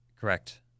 Correct